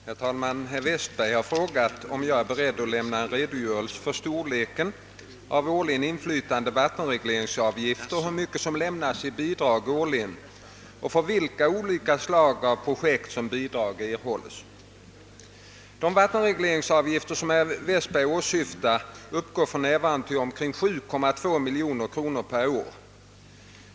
Herr talman! Herr Westberg har frågat mig om jag är beredd att lämna en redogörelse för storleken av årligen inflytande vattenregleringsavgifter och hur mycket som lämnas i bidrag årligen och för vilka olika slag av projekt som bidrag erhålles. De vattenregleringsavgifter som herr Westberg åsyftar uppgår för närvarande till omkring 7,2 miljoner kronor per år.